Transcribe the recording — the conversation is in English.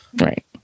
right